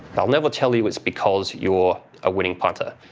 they'll never tell you it's because you're a winning punter.